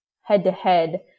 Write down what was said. head-to-head